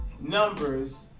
numbers